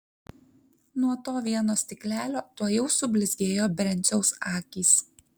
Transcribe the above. nuo to vieno stiklelio tuojau sublizgėjo brenciaus akys